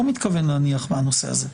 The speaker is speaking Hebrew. אני לא מתכוון להניח לנושא הזה.